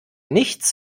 nichts